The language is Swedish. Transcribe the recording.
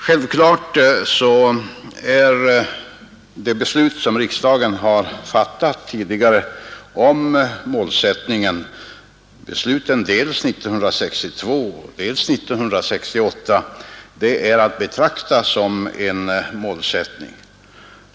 Självklart är de beslut som riksdagen har fattat tidigare om utvecklingsbiståndet, 1962 och 1968, att betrakta som en målsättning.